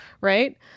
right